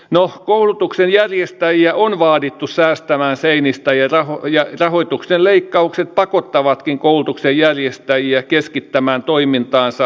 no koulutuksen järjestäjiä on vaadittu säästämään seinistä ja rahoituksen leikkaukset pakottavatkin koulutuksen järjestäjiä keskittämään toimintaansa harvempiin yksiköihin